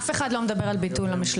אפשר לטייל שם בזיל הזול.